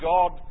God